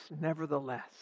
nevertheless